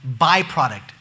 byproduct